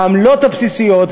העמלות הבסיסיות,